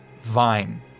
vine